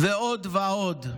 ועוד ועוד.